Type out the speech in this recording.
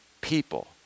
people